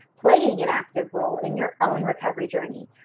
playing an active role in your own recovery journey.